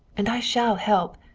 and i shall help.